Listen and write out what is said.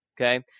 okay